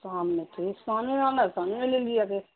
سام نے ٹھ سنے والگا سن لے لیا تھے